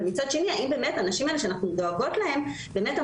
אבל מצד שני האם באמת הנשים האלה שאנחנו דואגות להן המענים